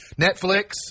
Netflix